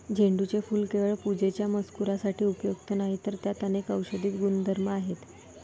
झेंडूचे फूल केवळ पूजेच्या मजकुरासाठी उपयुक्त नाही, तर त्यात अनेक औषधी गुणधर्म आहेत